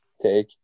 take